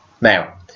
Now